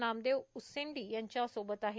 नामदेव उसेंडी यांच्यासोबत आहे